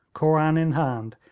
koran in hand,